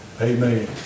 Amen